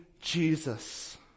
Jesus